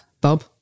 Bob